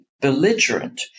belligerent